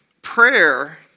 Prayer